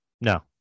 no